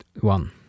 one